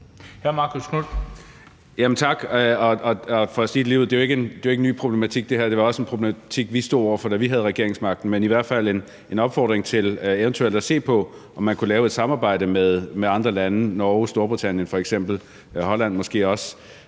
Tak. For at sige det ligeud: Det her er jo ikke en ny problematik. Det var også en problematik, vi stod over for, da vi havde regeringsmagten. Men det her er i hvert fald en opfordring til eventuelt at se på, om man kunne lave et samarbejde med andre lande – f.eks. Norge eller Storbritannien eller måske Holland – hvis